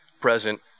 present